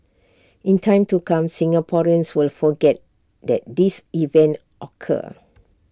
in time to come Singaporeans will forget that this event occur